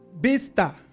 Bista